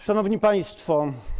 Szanowni Państwo!